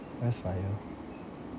what's FIRE